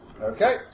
Okay